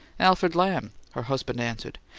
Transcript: alfred lamb, her husband answered.